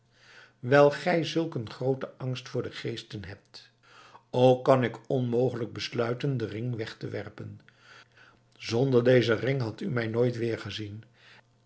wijl gij zulk n grooten angst voor de geesten hebt ook kan ik onmogelijk besluiten den ring weg te werpen zonder dezen ring hadt u mij nooit weergezien